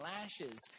lashes